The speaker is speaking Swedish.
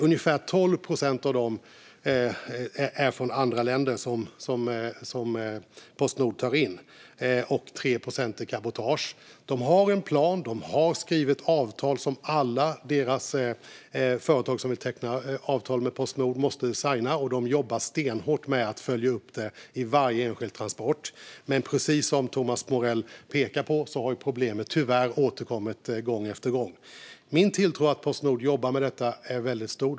Ungefär 12 procent av dem som Postnord tar in är från andra länder, och 3 procent är cabotage. De har en plan. De har skrivit avtal som alla företag som vill teckna avtal med Postnord måste skriva på. De jobbar stenhårt med att följa upp detta vid varje enskild transport, men precis som Thomas Morell pekade på har problemet tyvärr återkommit gång efter gång. Min tilltro till att Postnord jobbar med detta är väldigt stor.